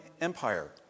empire